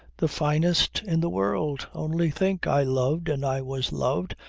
the finest in the world! only think! i loved and i was loved,